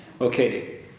Okay